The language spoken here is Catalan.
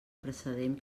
precedent